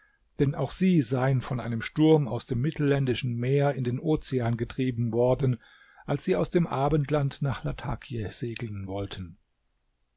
denn auch sie seien von einem sturm aus dem mittelländischen meer in den ozean getrieben worden als sie aus dem abendland nach latakie segeln wollten